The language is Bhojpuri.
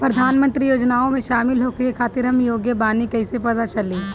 प्रधान मंत्री योजनओं में शामिल होखे के खातिर हम योग्य बानी ई कईसे पता चली?